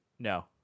No